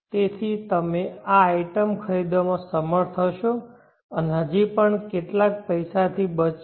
તેથી તમે આ આઇટમ ખરીદવામાં સમર્થ હશો અને હજી પણ કેટલાક પૈસાથી બચશે